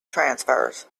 transfers